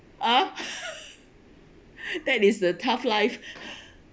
ah that is the tough life